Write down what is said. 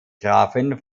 grafen